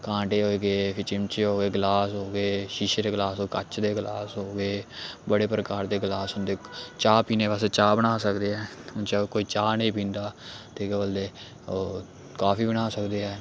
कांटे हो गे फिर चिमचे हो गे गलास हो गे शीशे दे गलास हो कच्च दे गलास हो गे बड़े प्रकार दे गलास होंदे चाह् पीने आस्तै चाह् बना सकदे ऐ चाह् कोई चाह् नेईं पींदा ते केह् बोलदे ओह् काफी बना सकदे ऐ